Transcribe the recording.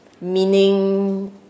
meaning